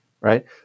right